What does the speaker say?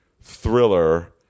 thriller